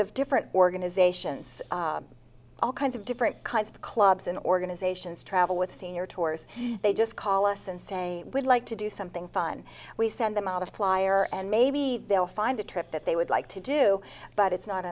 of different organizations all kinds of different kinds of clubs and organizations travel with senior tours they just call us and say would like to do something fun we send them out of flyer and maybe they'll find a trip that they would like to do but it's not